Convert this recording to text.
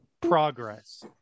progress